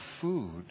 food